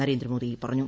നരേന്ദ്രമോദി പറഞ്ഞു